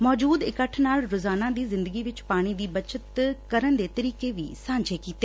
ਮੌਜੁਦ ਇਕੱਠ ਨਾਲ ਰੋਜ਼ਾਨਾ ਦੀ ਜ਼ਿੰਦਗੀ ਵਿਚ ਪਾਣੀ ਦੀ ਬਚਤ ਕਰਨ ਦੇ ਤਰੀਕੇ ਵੀ ਸਾਂਝੇ ਕੀਤੇ